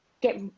get